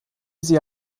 sie